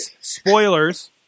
Spoilers